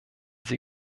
sie